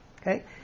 Okay